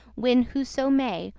win whoso may,